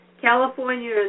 California